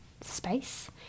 space